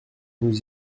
nous